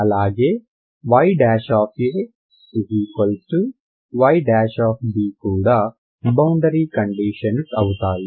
అలాగే ya y కూడా boundary conditions అవుతాయి